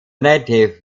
native